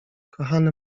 kochany